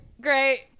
Great